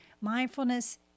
mindfulness